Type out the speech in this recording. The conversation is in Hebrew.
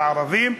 לערבים,